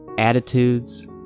Attitudes